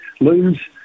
lose